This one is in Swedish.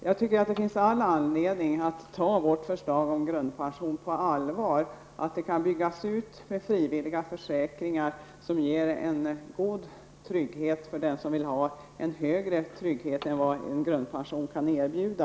Jag tycker att det finns all anledning att ta vårt förslag om en grundpension på allvar. Detta system kan byggas ut med frivilliga försäkringar som ger en god trygghet. dvs. som erbjuder större trygghet än vad grundpensionen kan göra.